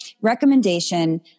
recommendation